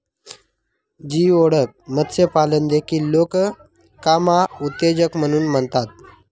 geoduck मत्स्यपालन देखील लोक कामोत्तेजक म्हणून मानतात